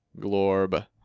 glorb